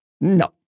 No